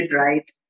right